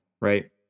right